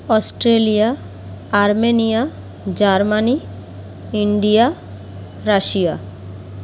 Australia Armenia Germany India Russia